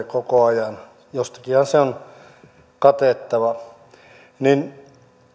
koko ajan jostakinhan se on katettava niin